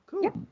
Cool